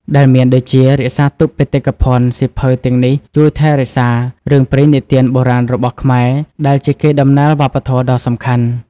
ដែលមានដូចជា រក្សាទុកបេតិកភណ្ឌ សៀវភៅទាំងនេះជួយថែរក្សារឿងព្រេងនិទានបុរាណរបស់ខ្មែរ ដែលជាកេរដំណែលវប្បធម៌ដ៏សំខាន់។